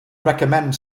recommend